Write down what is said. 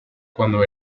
cuando